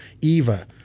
eva